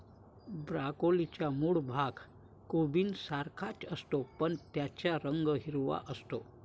ब्रोकोलीचा मूळ भाग कोबीसारखाच असतो, पण त्याचा रंग हिरवा असतो